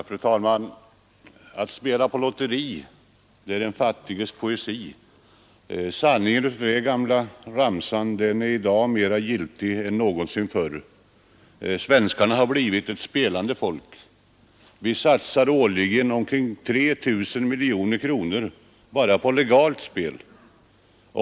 Fru talman! Att spela på lotteri är den fattiges poesi — sanningen i den gamla ramsan är i dag mera giltig än någonsin förr. Svenskarna har blivit ett spelande folk. Vi satsar årligen omkring 3 000 miljoner kronor bara på legalt spel.